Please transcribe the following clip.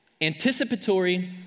anticipatory